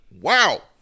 Wow